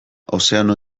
ozeano